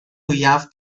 mwyaf